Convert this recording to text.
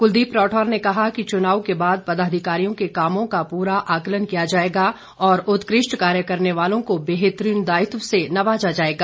कुलदीप राठौर ने कहा कि चुनाव के बाद पदाधिकारियों के कामों का पूरा आंकलन किया जाएगा और उत्कृष्ट कार्य करने वालों को बेहतर दायित्व से नवाजा जाएगा